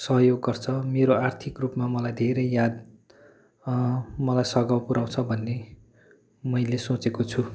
सहयोग गर्छ मेरो आर्थिक रूपमा मलई धेरै याद मलाई सगाउ पऱ्याउँछ भन्ने मैले सोचेको छु